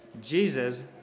Jesus